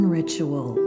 ritual